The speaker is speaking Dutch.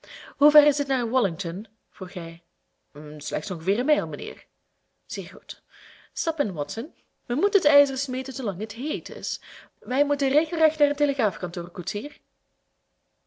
koetsier hoever is het naar wallington vroeg hij slechts ongeveer een mijl mijnheer zeer goed stap in watson men moet het ijzer smeden zoolang het heet is wij moeten regelrecht naar een telegraafkantoor